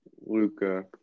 Luca